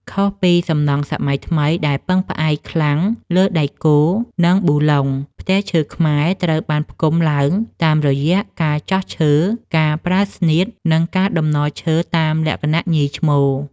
ខុសពីសំណង់សម័យថ្មីដែលពឹងផ្អែកខ្លាំងលើដែកគោល និងប៊ូឡុង ផ្ទះឈើខ្មែរត្រូវបានផ្គុំឡើងតាមរយៈការចោះឈើ ការប្រើស្នៀត និងការតំណឈើតាមលក្ខណៈ ញី-ឈ្មោល ។